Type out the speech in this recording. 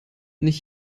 nicht